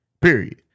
Period